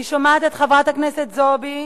אני שומעת את חברת הכנסת זועבי